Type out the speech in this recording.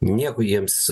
nieko jiems